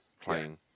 playing